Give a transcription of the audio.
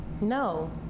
No